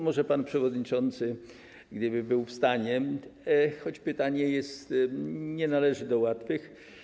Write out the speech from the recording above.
Może pan przewodniczący, gdyby był w stanie, choć pytanie nie należy do łatwych.